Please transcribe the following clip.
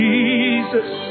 Jesus